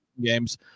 games